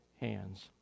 hands